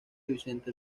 vicente